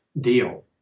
deal